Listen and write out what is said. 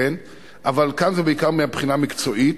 אבל כאן זה בעיקר מהבחינה המקצועית.